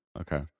Okay